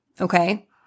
Okay